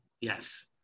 Yes